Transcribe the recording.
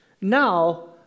Now